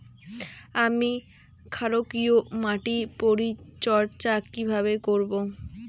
আমি ক্ষারকীয় মাটির পরিচর্যা কিভাবে করব?